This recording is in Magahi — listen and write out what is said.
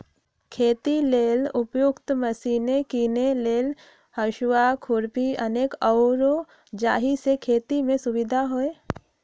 खेती लेल उपयुक्त मशिने कीने लेल हसुआ, खुरपी अनेक आउरो जाहि से खेति में सुविधा होय